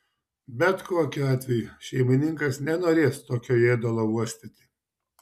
bet kokiu atveju šeimininkas nenorės tokio ėdalo uostyti